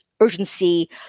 urgency